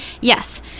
yes